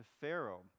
Pharaoh